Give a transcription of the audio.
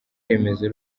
remezo